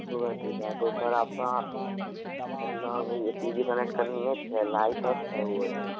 दो बैटरी का है तो सर आपका एक टी वी कनेक्ट करनी है छः लाइट और छः वो है